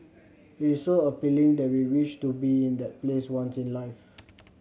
it is so appealing that we wish to be in that place once in life